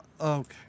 Okay